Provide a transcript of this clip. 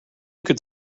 could